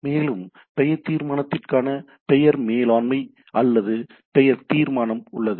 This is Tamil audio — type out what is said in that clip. மேலும் பெயர் தீர்மானத்திற்கான பெயர் மேலாண்மை அல்லது பெயர் தீர்மானம் உள்ளது